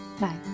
Bye